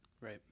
Right